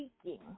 speaking